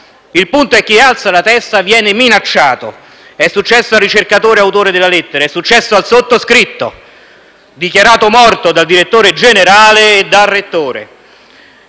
Il punto è che chi alza la testa viene minacciato: è successo al ricercatore autore della lettera ed è successo al sottoscritto, dichiarato "morto" dal direttore generale e dal rettore,